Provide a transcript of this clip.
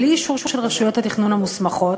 בלי אישור של רשויות התכנון המוסמכות,